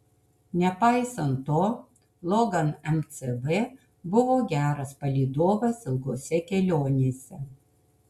nepaisant to logan mcv buvo geras palydovas ilgose kelionėse